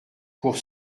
pour